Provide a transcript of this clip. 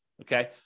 okay